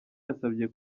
yasabye